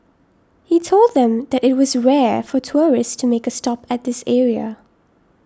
he told them that it was rare for tourists to make a stop at this area